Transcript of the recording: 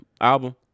album